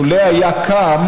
לולא היה קם,